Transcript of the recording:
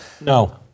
no